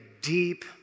deep